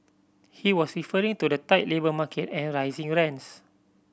he was referring to the tight labour market and rising rents